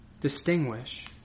distinguish